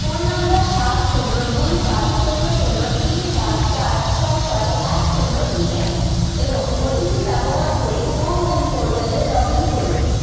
phone number সাত শূন্য দুই পাঁচ শূন্য শূন্য তিন সাত চার ছয় ছয় এক শূন্য তিন এক এবং ওটিপি ব্যবহার করে কো উইন পোর্টালে লগ ইন করুন